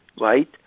right